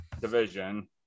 division